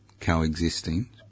coexisting